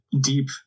deep